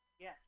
Yes